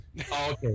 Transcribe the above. Okay